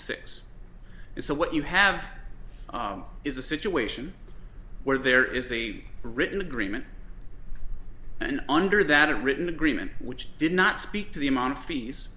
six so what you have is a situation where there is a written agreement and under that written agreement which did not speak to the amount of fees